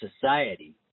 society